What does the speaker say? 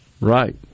Right